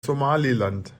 somaliland